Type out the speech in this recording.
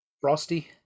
Frosty